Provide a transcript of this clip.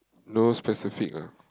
no specific ah